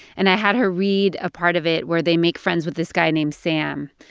and i had her read a part of it where they make friends with this guy named sam.